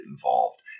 involved